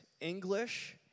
English